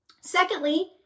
Secondly